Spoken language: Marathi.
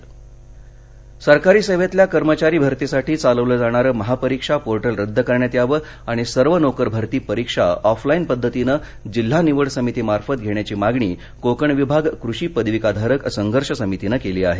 ऑफलाईन परीक्षा सरकारी सेवेतल्या कर्मचारी भरतीसाठी चालविलं जाणारं महापरीक्षा पोटिल रद्द करण्यात यावं आणि सर्व नोकर भरती परीक्षा ऑफलाईन पद्धतीनं जिल्हा निवड समिती मार्फत घेण्याची मागणी कोकण विभाग कृषी पदविकाधारक संघर्ष समितीनं केली आहे